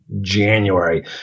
January